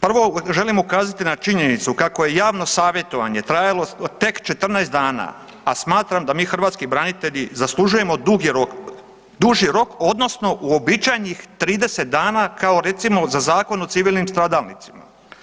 Prvo želim ukazati na činjenicu kako je javno savjetovanje trajalo tek 14 dana, a smatram da mi hrvatski branitelji zaslužujemo duži rok odnosno uobičajenih 30 dana kao recimo za Zakon o civilnim stradalnicima.